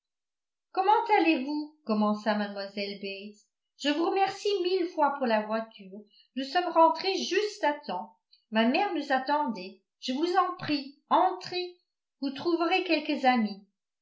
comment allez-vous commença mlle bates je vous remercie mille fois pour la voiture nous sommes rentrées juste à temps ma mère nous attendait je vous en prie entrez vous trouverez quelques amis